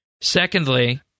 Secondly